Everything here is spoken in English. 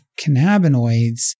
cannabinoids